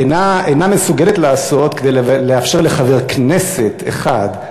אינה מסוגלת לעשות כדי לאפשר לחבר כנסת אחד,